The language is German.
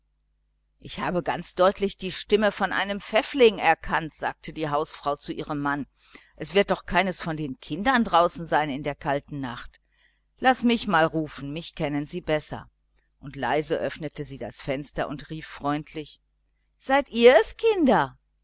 ich habe ganz deutlich die stimme von einem pfäffling erkannt sagte die hausfrau zu ihrem mann es wird doch keines von den kindern draußen sein in der kalten nacht laß mich mal rufen mich kennen sie besser und leise öffnete sie das fenster und rief freundlich seid ihr es kinder